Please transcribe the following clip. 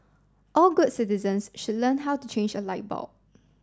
all good citizens should learn how to change a light bulb